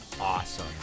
awesome